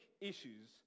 issues